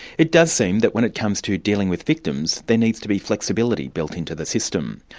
it does seem that when it comes to dealing with victims, there needs to be flexibility built into the system.